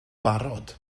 barod